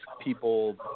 people